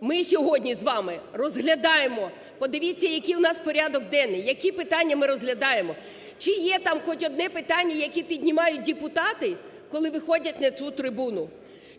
ми сьогодні з вами розглядаємо, подивіться, який у нас порядок денний, які питання ми розглядаємо. Чи є там хоч одне питання, яке піднімають депутати, коли виходять на цю трибуну?